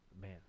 Man